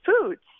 foods